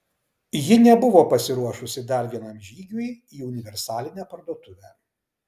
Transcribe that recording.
ji nebuvo pasiruošusi dar vienam žygiui į universalinę parduotuvę